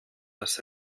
das